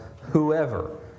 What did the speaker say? whoever